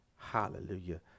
Hallelujah